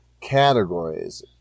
categories